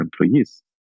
employees